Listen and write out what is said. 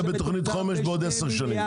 זה בתוכנית חומש בעוד עשר שנים.